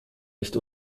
nicht